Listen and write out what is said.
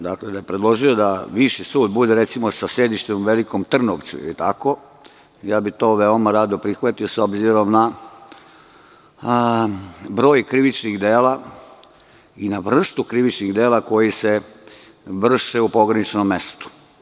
Dakle, da je predložio da viši sud bude, recimo, sa sedištem u Velikom Trnovcu, to bih veoma rado prihvatio, s obzirom na broj krivičnih dela i na vrstu krivičnih dela koji se vrše u pograničnom mestu.